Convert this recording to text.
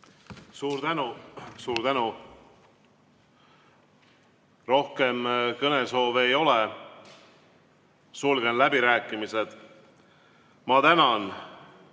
koostööd! Suur tänu! Rohkem kõnesoove ei ole. Sulgen läbirääkimised. Ma tänan